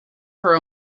her